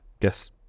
Yes